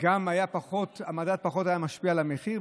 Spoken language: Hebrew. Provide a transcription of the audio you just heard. גם המדד היה פחות משפיע על המחיר.